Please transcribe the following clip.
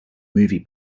movie